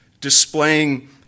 displaying